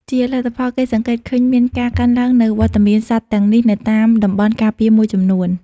ជាលទ្ធផល គេសង្កេតឃើញមានការកើនឡើងនូវវត្តមានសត្វទាំងនេះនៅតាមតំបន់ការពារមួយចំនួន។